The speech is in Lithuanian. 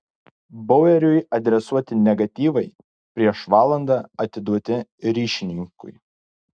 baueriui adresuoti negatyvai prieš valandą atiduoti ryšininkui